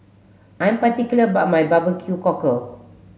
I'm particular about my barbecue cockle